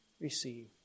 receive